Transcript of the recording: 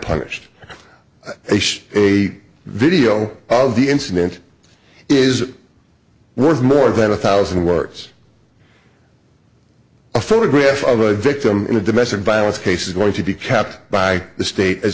punished a video of the incident is worth more than a thousand words a photograph of a victim in a domestic violence case is going to be kept by the state as